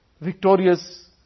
victorious